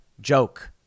joke